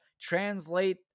translate